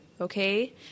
okay